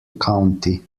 county